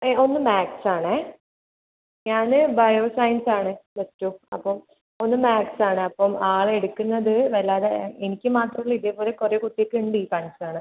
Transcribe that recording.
ഏ ഒന്ന് മാത്സ് ആണേ ഞാൻ ബയോ സയൻസ് ആണ് പ്ലസ്ടു അപ്പം ഒന്ന് മാത്സ് ആണ് അപ്പം ആൾ എടുക്കുന്നത് വല്ലാതെ എനിക്ക് മാത്രം അല്ല ഇതേപോലെ കുറെ കുട്ടികക്ക് ഉണ്ട് ഈ കൺസേണ്